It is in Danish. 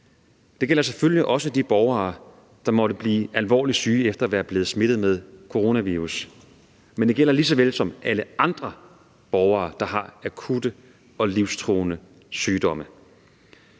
Det gælder selvfølgelig også de borgere, der måtte blive alvorligt syge efter at være blevet smittet med coronavirus. Men det gælder ligeledes alle andre borgere, der har akutte og livstruende sygdomme.